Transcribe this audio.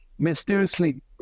mysteriously